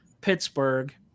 Pittsburgh